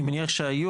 אני מניח שהיו,